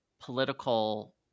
political